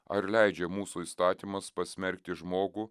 ar leidžia mūsų įstatymas pasmerkti žmogų